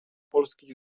polskich